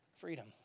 freedom